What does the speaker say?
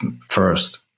first